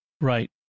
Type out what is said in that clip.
Right